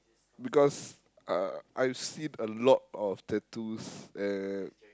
because uh I've seen a lot of tattoos and